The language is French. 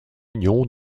union